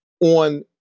on